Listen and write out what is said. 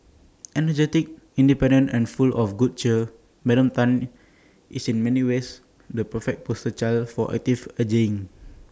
energetic independent and full of good cheer Madam Tan is in many ways the perfect poster child for active ageing